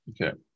Okay